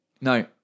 No